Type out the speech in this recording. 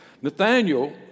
Nathaniel